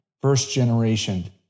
first-generation